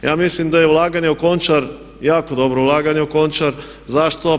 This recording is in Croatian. Ja mislim da je ulaganje u Končar jako dobro ulaganje u Končar, zašto?